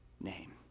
name